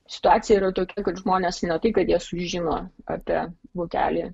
situacija yra tokia kad žmonės ne tai kad jie sužino apie vokelį